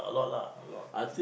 a lot of crazy